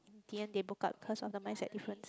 in the end they broke up cause of the mindset difference